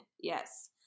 Yes